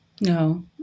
No